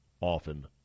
often